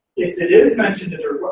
if it is mentioned in there,